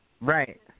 right